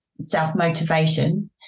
self-motivation